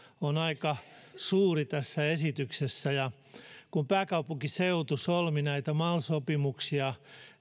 on aika suuri tässä esityksessä kun pääkaupunkiseutu solmi näitä mal sopimuksia